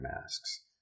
masks